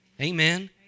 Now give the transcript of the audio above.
Amen